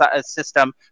system